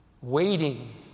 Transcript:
Waiting